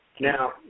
Now